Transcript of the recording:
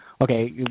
okay